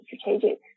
strategic